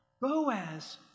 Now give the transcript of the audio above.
Boaz